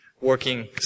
working